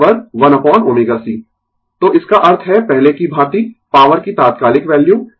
Refer Slide Time 2448 तो इसका अर्थ है पहले की भांति पॉवर की तात्कालिक वैल्यू